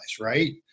right